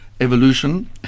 evolution